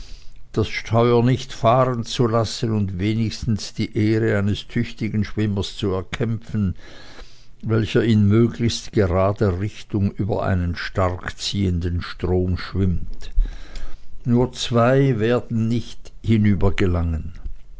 das steuer nicht fahrenzulassen und wenigstens die ehre eines tüchtigen schwimmers zu erkämpfen welcher in möglichst grader richtung über einen stark ziehenden strom schwimmt nur zwei werden nicht